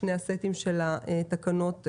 שני הסטים של התקנות אושרו.